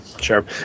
sure